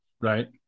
Right